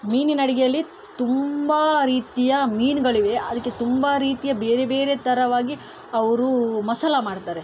ಮೀನಿನಡುಗೆಯಲ್ಲಿ ತುಂಬ ರೀತಿಯ ಮೀನುಗಳಿವೆ ಅದಕ್ಕೆ ತುಂಬ ರೀತಿಯ ಬೇರೆ ಬೇರೆ ಥರವಾಗಿ ಅವರು ಮಸಾಲೆ ಮಾಡ್ತಾರೆ